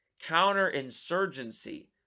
counterinsurgency